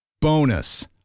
Bonus